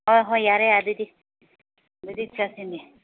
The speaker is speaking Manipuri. ꯍꯣꯏ ꯍꯣꯏ ꯌꯥꯔꯦ ꯑꯗꯨꯗꯤ ꯑꯗꯨꯗꯤ ꯆꯠꯁꯤꯅꯦ